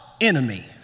enemy